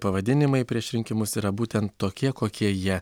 pavadinimai prieš rinkimus yra būtent tokie kokie jie